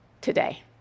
today